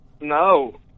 No